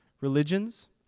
religions